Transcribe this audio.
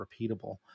repeatable